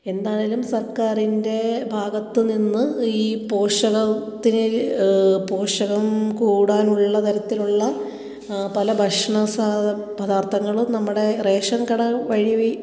എന്താണെങ്കിലും സർക്കാരിൻ്റെ ഭാഗത്തു നിന്ന് ഈ പോഷകത്തിന് പോഷകം കൂടാനുള്ള തരത്തിലുള്ള പല ഭക്ഷണ സാധന പദാർത്ഥങ്ങളും നമ്മുടെ റേഷൻ കട വഴി